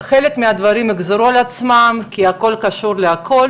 חלק מהדברים יחזרו על עצמם כי הכול קשור להכול.